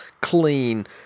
clean